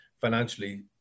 financially